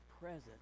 present